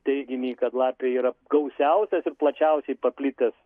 teiginį kad lapė yra gausiausias ir plačiausiai paplitęs